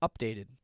updated